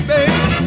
Baby